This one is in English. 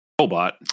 robot